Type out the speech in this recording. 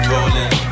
Rolling